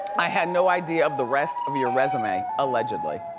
i had no idea of the rest of your resume, allegedly.